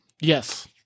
Yes